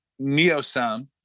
Neosam